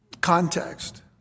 context